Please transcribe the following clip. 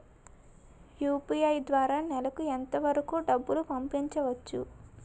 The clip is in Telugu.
యు.పి.ఐ ద్వారా నెలకు ఎంత వరకూ డబ్బులు పంపించవచ్చు?